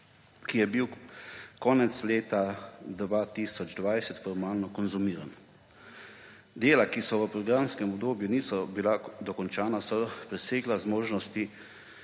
ki je bil konec leta 2020 formalno konzumiran. Dela, ki v programskem obdobju niso bila dokončana, so presegla zmožnosti